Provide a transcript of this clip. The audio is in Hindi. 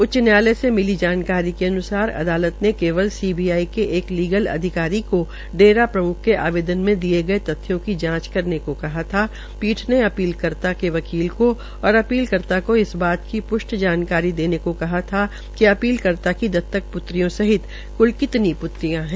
उच्च न्यायालय से मिली जानकारी के अनुसार अदालत ने केवल सीबीआई के एक लीगल अधिकारी को डेरा प्रम्ख के आवेदन मे दिये गये तथ्यों की जांच करने को कहा था पीठ ने अपीलकर्ता के वकील को और अपीलकर्ता को इस बात की प्ष्ट जानकारी देने को कहा था कि अपीलकर्ता की दत्तक प्त्रियों सहित क्ल प्त्रियां है